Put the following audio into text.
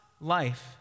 life